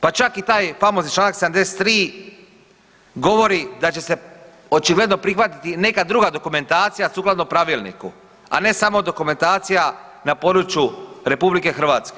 Pa čak i taj famozni Članak 73. govori da će očigledno prihvatiti i neka druga dokumentacija sukladno pravilniku, a ne samo dokumentacija na području RH.